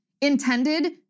intended